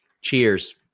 Cheers